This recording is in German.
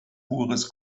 pures